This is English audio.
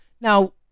Now